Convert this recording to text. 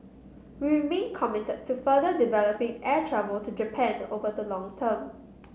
we remain committed to further developing air travel to Japan over the long term